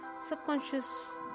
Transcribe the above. subconscious